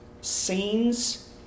scenes